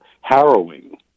harrowing